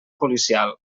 policial